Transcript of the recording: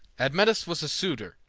admetus was a suitor,